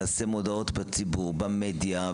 נפרסם מודעות לציבור במדיה,